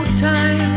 time